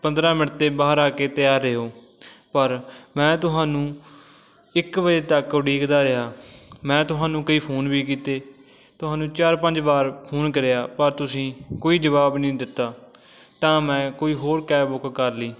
ਪੰਦਰਾਂ ਮਿੰਟ 'ਤੇ ਬਾਹਰ ਆ ਕੇ ਤਿਆਰ ਰਹਿਓ ਪਰ ਮੈਂ ਤੁਹਾਨੂੰ ਇੱਕ ਵਜੇ ਤੱਕ ਉਡੀਕਦਾ ਰਿਹਾ ਮੈਂ ਤੁਹਾਨੂੰ ਕਈ ਫ਼ੋਨ ਵੀ ਕੀਤੇ ਤੁਹਾਨੂੰ ਚਾਰ ਪੰਜ ਵਾਰ ਫ਼ੋਨ ਕਰਿਆ ਪਰ ਤੁਸੀਂ ਕੋਈ ਜਵਾਬ ਨਹੀਂ ਦਿੱਤਾ ਤਾਂ ਮੈਂ ਕੋਈ ਹੋਰ ਕੈਬ ਬੁੱਕ ਕਰ ਲਈ